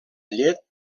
llet